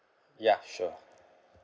ya sure